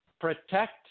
protect